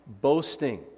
boasting